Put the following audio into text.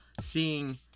seeing